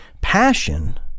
Passion